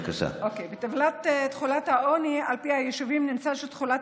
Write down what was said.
בטבלת תחולת העוני על פי היישובים נמצא שתחולת